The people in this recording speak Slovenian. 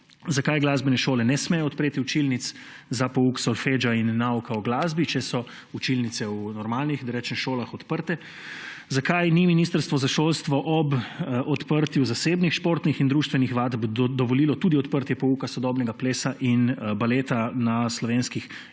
Zakaj glasbene šole ne smejo odpreti učilnic za pouk solfeggia in nauka o glasbi, če so učilnice v normalnih šolah odprte? Zakaj ni ministrstvo za šolstvo ob odprtju zasebnih športnih in društvenih vadb dovolilo tudi odprtje pouka sodobnega plesa in baleta na slovenskih